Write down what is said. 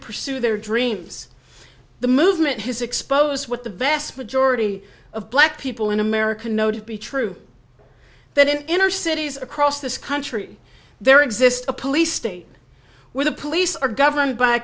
pursue their dreams the movement his expose what the vast majority of black people in america know to be true that in inner cities across this country there exists a police state where the police are governed by a